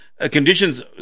conditions